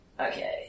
Okay